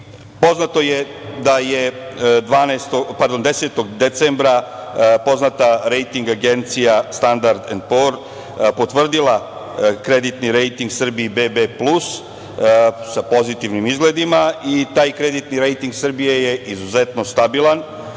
Poznato je da je 10. decembra poznata rejting agencija Standard and Poor's potvrdila kreditni rejting Srbiji BB plus, sa pozitivnim izgledima. Taj kreditni rejting Srbije je izuzetno stabilan,